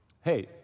Hey